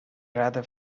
rather